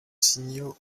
signaux